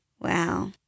Wow